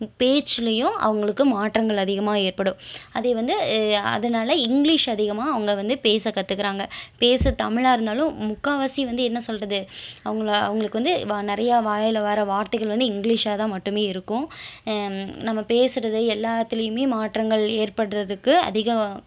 பேச்சுலையும் அவங்களுக்கு மாற்றங்கள் அதிகமாக ஏற்படும் அதே வந்து அதனால் இங்கிலீஷ் அதிகமாக அவங்க வந்து பேச கத்துக்கிறாங்கள் பேச தமிழாக இருந்தாலும் முக்கால்வாசி வந்து என்ன சொல்கிறது அவங்கள அவங்களுக்கு வந்து வ நிறையா வாயில் வர வார்த்தைகள் வந்து இங்கிலீஷாக தான் மட்டுமே இருக்கும் நம்ம பேசுகிறது எல்லாத்திலேயுமே மாற்றங்கள் ஏற்படுகிறதுக்கு அதிக